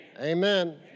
Amen